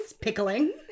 pickling